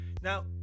Now